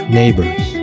neighbors